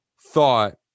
thought